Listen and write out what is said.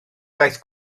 daeth